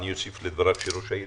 אני אוסיף לדבריו של ראש העיר.